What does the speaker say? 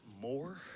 more